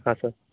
ಹಾಂ ಸರ್